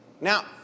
Now